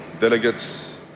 Delegates